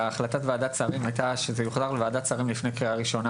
החלטת ועדת שרים הייתה שזה יוחזר לוועדת שרים לפני קריאה ראשונה.